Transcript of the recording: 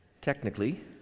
technically